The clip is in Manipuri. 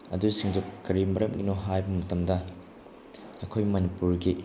ꯑꯗꯨꯁꯤꯡꯗꯨ ꯀꯔꯤ ꯃꯔꯝꯒꯤꯅꯣ ꯍꯥꯏꯕ ꯃꯇꯝꯗ ꯑꯩꯈꯣꯏ ꯃꯅꯤꯄꯨꯔꯒꯤ